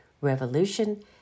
revolution